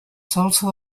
salsa